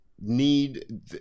need